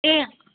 ए